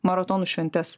maratonų šventes